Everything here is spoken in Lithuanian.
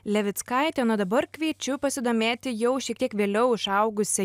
levickaitė na o dabar kviečiu pasidomėti jau šiek tiek vėliau išaugusia